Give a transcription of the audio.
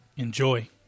Enjoy